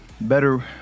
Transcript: better